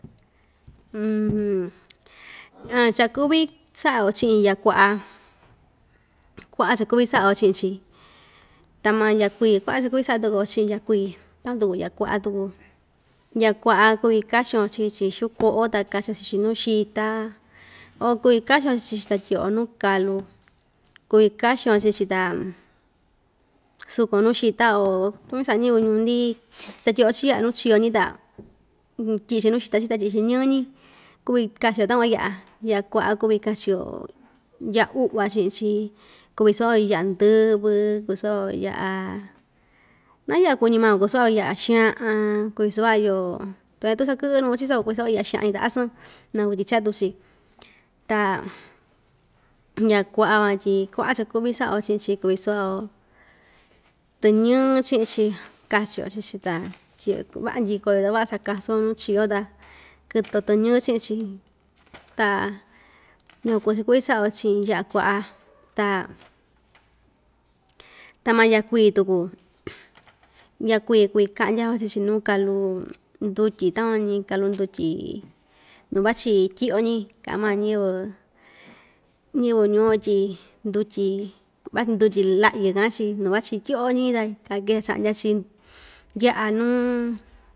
cha‑kuvi sa'a‑yo chi'in ya'a kua'a kua'á cha‑kuvi sa'a‑yo chi'in‑chi ta maa ya'a kuii kua'a cha‑kuvi sa'a tuku‑yo chi'in ya'a kuii takuan tuku ya'a kua'a tuku ya'a kua'a kuvi kaxion chii‑chi xiu ko'o ta kachi‑yo chi‑chi nuu xita o kuvi kaxin‑yo chii‑chi ta tyi'i‑yo nuu kalu kuvi kaxin‑yo chii‑chi ta sukun‑yo nuu xita o tukuñu sa'a ñɨvɨ ñuu‑ndi satyi'yo‑chi ya'a nuu chiyo‑ñi ta tyi'i‑chi nuu xita‑chi ta tyi'i‑chi ñɨɨ‑ñi kuvi kachi‑yo takuan ya'a ya'a kua'a kuvi kachi‑yo ya'a u'va chi'in‑chi kuvi sava‑yo ya'a ndɨvɨ kuvi sava‑yo ya'a naa ya'a kuñi maun ku sava‑yo ya'a xa'an kuvi sava'a‑yo tu ñatuu cha kɨ'ɨ nuu‑chi soko kuu sava‑yo ya'a xa'an‑ñi ta asɨɨn naku tyi chatu‑chi ta ya'a kua'a van tyi kua'a cha‑kuvi sa'a‑yo chi'in‑chi kuvi sava‑o tɨñɨɨ chi'in‑chi kachio chii‑chi ta va'a ndyiko‑yo ta va'a sakasun nuu chiyo ta kɨtɨ‑yo tɨñɨɨ́ chi'in‑chi ta yukuan ku cha‑kuvi sa'ao chi'in ya'a kua'a ta ta maa ya'a kuii tuku ya'a kuii kuvi ka'ndya‑yo chii‑chi nuu kalu ndutyi takuan ñi kalu ndutyi nu vachi tyi'yo‑ñi ka'an maa ñiyɨvɨ ñɨvɨ ñuu‑yo tyi ndutyi vachi ndutyi la'yɨ ka'an‑chi nu vachi tyi'yo‑ñi ta kicha'a cha'ndya‑chi ya'a nuu.